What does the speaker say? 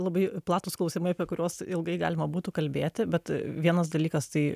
labai platūs klausimai apie kuriuos ilgai galima būtų kalbėti bet vienas dalykas tai